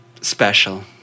special